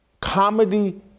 Comedy